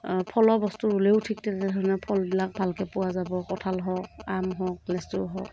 ফলৰ বস্তু ৰুলেও ঠিক তেনেধৰণে ফলবিলাক ভালকৈ পোৱা যাব কঁঠাল হওক আম হওক লেচু হওক